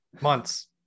Months